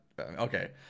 Okay